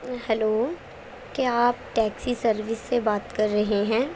hello کیا آپ taxi service سے بات کر رہے ہیں